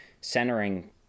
centering